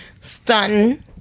stunting